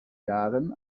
jahren